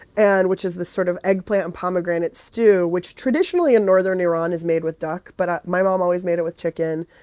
and which is this sort of eggplant and pomegranate stew which, traditionally, in northern iran is made with duck. but my mom always made it with chicken.